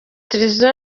televiziyo